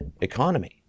economy